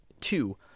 two